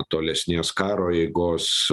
tolesnės karo eigos